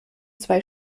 zwei